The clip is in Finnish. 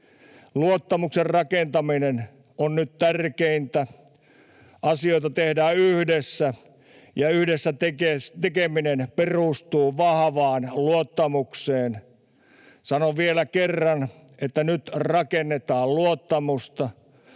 Luottamuksen rakentaminen on nyt tärkeintä. Asioita tehdään yhdessä, ja yhdessä tekeminen perustuu vahvaan luottamukseen. Sanon vielä kerran, että nyt rakennetaan luottamusta.